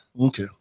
Okay